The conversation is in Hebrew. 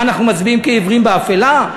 מה, אנחנו מצביעים כעיוורים באפלה?